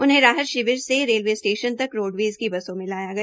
उन्हें राहतशिविर से रेलवे स्टेशन तक रोडवेज की बसों में लाया गया